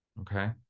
Okay